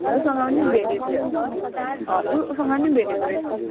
ऊसँग पनि भेटेको थियो अँ ऊ ऊसँग पनि भेटेको रहेछ